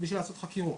בשביל לעשות חקירות.